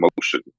motion